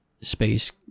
space